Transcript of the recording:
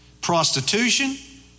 Prostitution